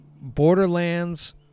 Borderlands